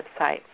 website